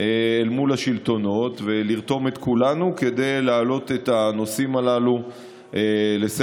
אל מול השלטונות ולרתום את כולנו כדי להעלות את הנושאים הללו לסדר-היום.